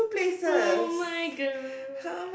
oh-my-god